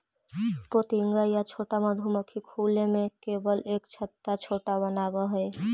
पोतिंगा या छोटा मधुमक्खी खुले में केवल एक छत्ता छोटा बनावऽ हइ